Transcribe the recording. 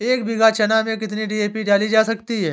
एक बीघा चना में कितनी डी.ए.पी डाली जा सकती है?